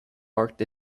marked